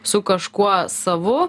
su kažkuo savu